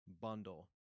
bundle